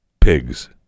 pigs